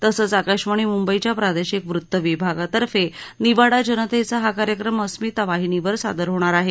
तसंच आकाशवाणी मुंबईच्या प्रादेशिक वृत्तविभागातर्फे निवाडा जनतेचा हा कार्यक्रम अस्मिता वाहिनीवर सादर होणार आहे